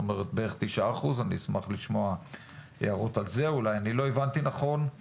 בערך 9%. אשמח לשמוע הערות על זה אולי לא הבנתי נכון.